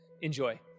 Enjoy